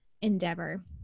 endeavor